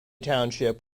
township